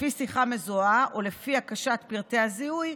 לפי שיחה מזוהה או לפי הקשת פרטי הזיהוי,